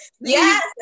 yes